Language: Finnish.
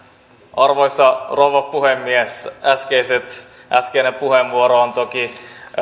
arvoisa rouva puhemies äskeinen puheenvuoro oli toki